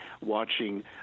watching